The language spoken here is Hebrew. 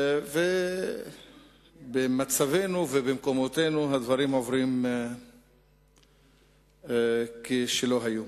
אבל במצבנו ובמקומותינו הדברים עוברים כלא היו.